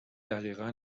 دقیقا